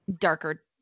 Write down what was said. darker